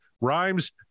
Rhymes